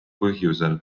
põhjusel